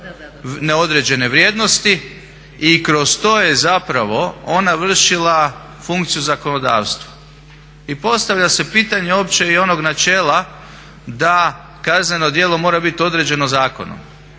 neodređene vrijednosti i kroz to je ona vršila funkciju zakonodavstva. I postavlja se pitanje uopće i onog načela da kazneno djelo mora biti određeno zakonom